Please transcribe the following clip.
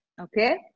okay